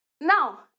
now